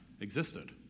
existed